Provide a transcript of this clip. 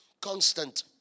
constant